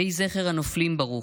יהי זכר הנופלים ברוך.